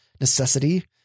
necessity